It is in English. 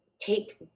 take